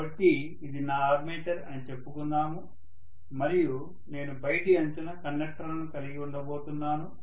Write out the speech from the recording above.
కాబట్టి ఇది నా ఆర్మేచర్ అని చెప్పుకుందాము మరియు నేను బయటి అంచున కండక్టర్లను కలిగి ఉండబోతున్నాను